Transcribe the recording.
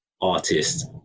artist